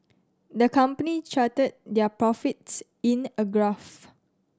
the company charted their profits in a graph